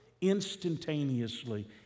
instantaneously